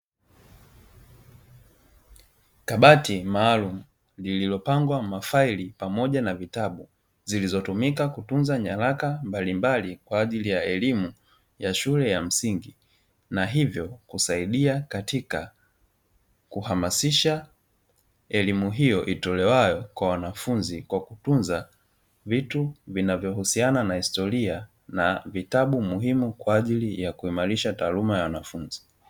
Kabati maalum lililopangwa mafaili pamoja na vitabu zilizotumika kutunza nyaraka mbalimbali kwa ajili ya elimu ya shule ya msingi na hivyo, kusaidia katika kuhamasisha elimu hiyo itolewayo kwa wanafunzi kwa kutunza vitu vinavyohusiana na historia na vitabu muhimu kwa ajili ya kuimarisha taaluma ya wanafunzi.